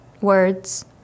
words